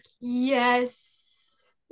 yes